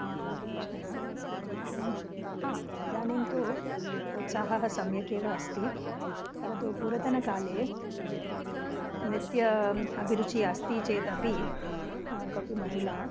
किम् इति प्रश्नः इदानीं तु प्रोत्साहः सम्यक् एव अस्ति परन्तु पूर्वतनकाले नृत्यं नृत्याभिरुचिः अस्ति चेदपि कोपि महिला